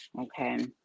okay